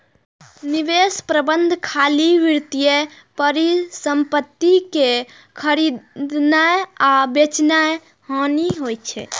निवेश प्रबंधन खाली वित्तीय परिसंपत्ति कें खरीदनाय आ बेचनाय नहि होइ छै